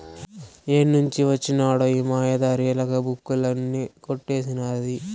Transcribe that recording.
ఏడ్నుంచి వొచ్చినదో ఈ మాయదారి ఎలక, బుక్కులన్నీ కొట్టేసినాది